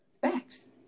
Facts